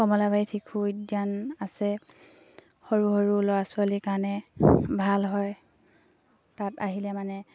কমলাবাৰীত শিশু উদ্যান আছে সৰু সৰু ল'ৰা ছোৱালী কাৰণে ভাল হয় তাত আহিলে মানে